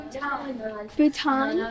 Bhutan